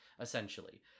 essentially